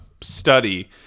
study